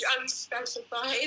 unspecified